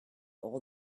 all